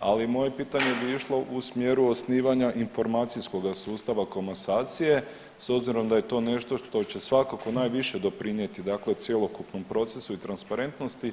ali moje pitanje bi išlo u smjeru osnivanja informacijskoga sustava komasacije s obzirom da je to nešto što će svakako najviše doprinijeti dakle cjelokupnom procesu i transparentnosti.